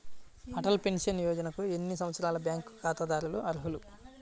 Atal pension యోజనకు ఎన్ని సంవత్సరాల బ్యాంక్ ఖాతాదారులు అర్హులు?